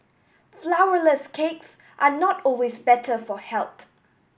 flourless cakes are not always better for health